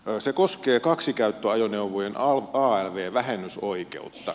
se koskee kaksikäyttöajoneuvojen alv vähennysoikeutta